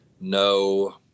no